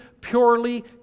purely